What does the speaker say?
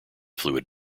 fluid